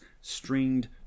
stringed